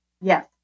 Yes